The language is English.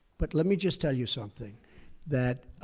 but let me just tell you something that